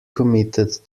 committed